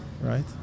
Right